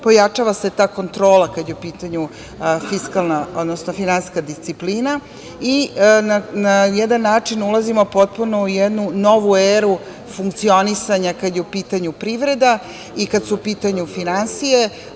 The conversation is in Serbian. Pojačava se ta kontrola kad je u pitanju finansijska disciplina i na jedan način ulazimo potpuno u jednu novu eru funkcionisanja kad je u pitanju privreda i kada su u pitanju finansije.